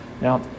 Now